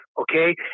Okay